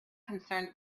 concerned